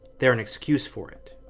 they're an excuse for it.